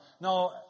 no